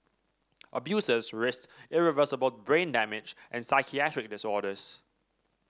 abusers risked irreversible brain damage and psychiatric disorders